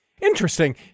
Interesting